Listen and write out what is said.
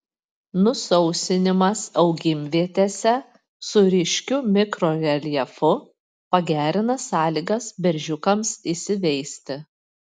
nusausinimas augimvietėse su ryškiu mikroreljefu pagerina sąlygas beržiukams įsiveisti